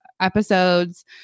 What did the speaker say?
episodes